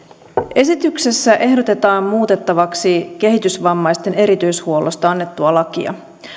esityksessä ehdotetaan muutettavaksi kehitysvammaisten erityishuollosta annettua lakia